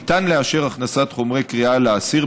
ניתן לאשר הכנסת חומרי קריאה לאסיר,